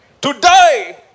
Today